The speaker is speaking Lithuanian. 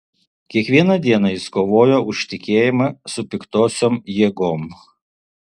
kiekvieną dieną jis kovojo už tikėjimą su piktosiom jėgom